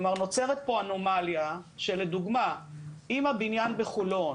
כלומר, נוצרת פה אנומליה שלדוגמה אם הבניין בחולון